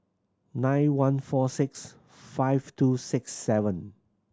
nine one four six five two six seven